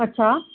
अच्छा